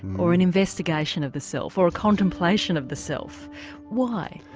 or an investigation of the self or a contemplation of the self why?